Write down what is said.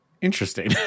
Interesting